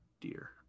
dear